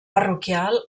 parroquial